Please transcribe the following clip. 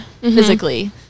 physically